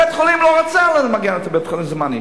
בית-החולים לא רוצה למגן את בית-החולים זמנית.